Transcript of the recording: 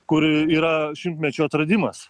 kur yra šimtmečio atradimas